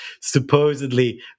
supposedly